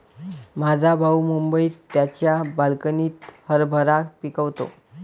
माझा भाऊ मुंबईत त्याच्या बाल्कनीत हरभरा पिकवतो